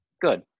good